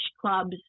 clubs